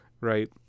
right